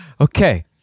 Okay